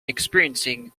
experiencing